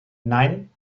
nein